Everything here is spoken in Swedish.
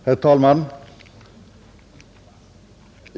Herr talman!